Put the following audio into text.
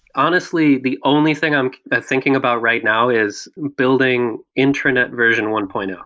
honestly, the only thing i'm thinking about right now is building intranet version one point um